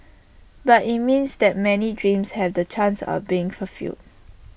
but IT means that many dreams have the chance of being fulfilled